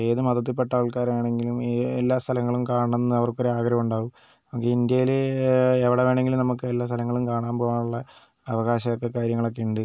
ഏത് മതത്തിൽ പെട്ട ആൾക്കാരാണെങ്കിലും എല്ലാ സ്ഥലങ്ങളും കാണണമെന്ന് അവർക്കൊരു ആഗ്രഹമുണ്ടാവും ഇന്ത്യയിൽ എവിടെ വേണമെങ്കിലും നമുക്ക് എല്ലാ സ്ഥലങ്ങളും കാണാൻ പോവാൻ ഉള്ള അവകാശമൊക്കെ കാര്യങ്ങളൊക്കെയുണ്ട്